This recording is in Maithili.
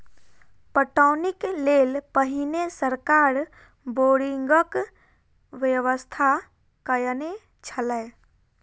पटौनीक लेल पहिने सरकार बोरिंगक व्यवस्था कयने छलै